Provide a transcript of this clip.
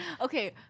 Okay